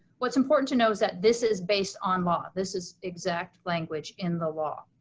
what's important to know is that this is based on law, this is exact language in the law.